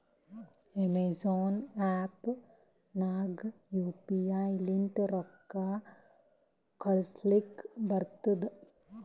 Amazon app ನಾಗ್ನು U P I ಲಿಂತ ರೊಕ್ಕಾ ಕಳೂಸಲಕ್ ಬರ್ತುದ್